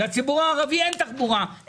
לציבור הערבי אין תחבורה.